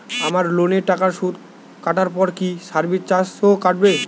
আমার লোনের টাকার সুদ কাটারপর কি সার্ভিস চার্জও কাটবে?